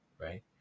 Right